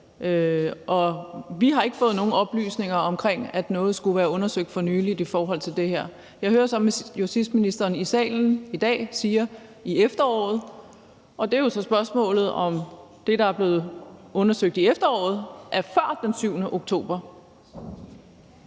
vi har ikke fået nogen oplysninger om, at noget skulle være undersøgt for nylig i forhold til det her. Jeg hører så justitsministeren i salen i dag sige i efteråret. Det er så spørgsmålet, om det, der er blevet undersøgt i efteråret, er før den 7. oktober.